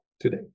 today